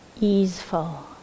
easeful